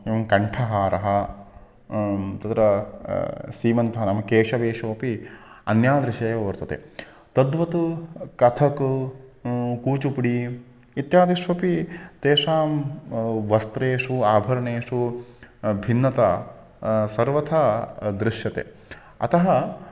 एवं कण्ठाहारः तत्र सीमन्तः नाम केशवेशोपि अन्यादृशे एव वर्तते तद्वत् कथक् कूचुपुडि इत्यादिष्वपि तेषां वस्त्रेषु आभरणेषु भिन्नता सर्वथा दृश्यते अतः